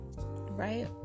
right